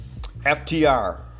FTR